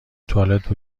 توالت